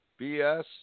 BS